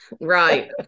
Right